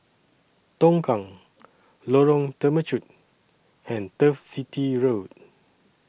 Tongkang Lorong Temechut and Turf City Road